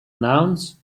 nouns